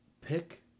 pick